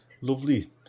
lovely